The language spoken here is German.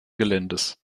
geländes